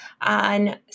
on